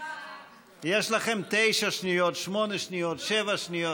יש לכם תשע שניות, שמונה שניות, שבע שניות.